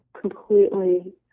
completely